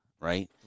right